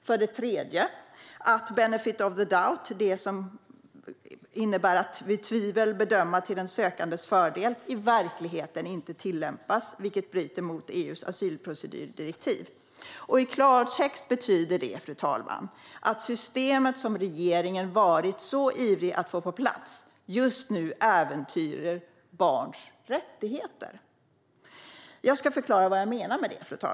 För det tredje är det så att benefit of the doubt, vilket innebär att man vid tvivel gör en bedömning till den sökandes fördel, i verkligheten inte tillämpas, vilket bryter mot EU:s asylprocedurdirektiv. I klartext betyder detta, fru talman, att det system som regeringen varit så ivrig att få på plats just nu äventyrar barns rättigheter. Jag ska förklara vad jag menar med det.